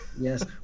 Yes